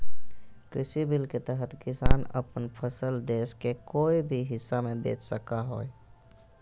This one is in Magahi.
कृषि बिल के तहत किसान अपन फसल देश के कोय भी हिस्सा में बेच सका हइ